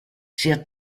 sia